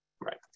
Right